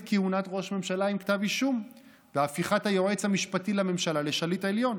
כהונת ראש ממשלה עם כתב אישום והפיכת היועץ המשפטי לממשלה לשליט עליון.